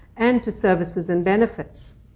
and to services and benefits.